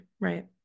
right